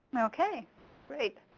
okay great.